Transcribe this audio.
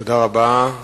תודה רבה.